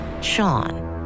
Sean